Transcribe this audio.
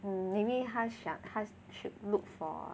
mm maybe 他想他 should look for